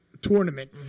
tournament